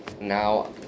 now